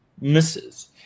misses